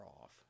off